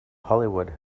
hollywood